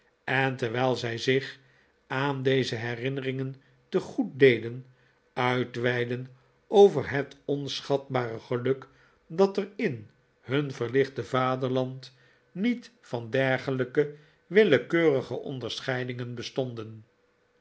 en terwijl zij zich aan deze herinneringen te goed deden uitweidden over het onschatbare geluk dat er in hun verlichte vaderland niet van dergelijke willekeurige onderscheidingen bestonden